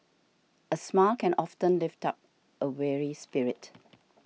a smile can often lift up a weary spirit